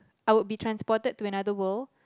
I would be transported to another world